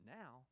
now